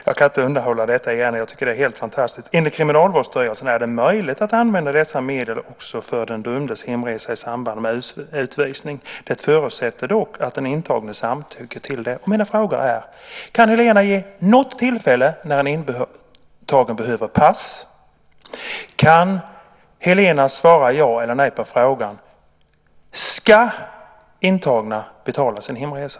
Jag kan inte undanhålla er detta, för jag tycker att det är helt fantastiskt: Enligt Kriminalvårdsstyrelsen är det möjligt att använda dessa medel också för den dömdes hemresa i samband med utvisning. Det förutsätter dock att den intagne samtycker till det. Mina frågor är: Kan Helena nämna något tillfälle när en intagen behöver pass? Kan Helena svara ja eller nej på frågan om intagna ska betala sin hemresa?